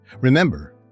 Remember